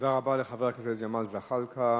תודה רבה לחבר הכנסת ג'מאל זחאלקה.